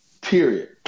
Period